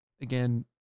again